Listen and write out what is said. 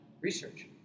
research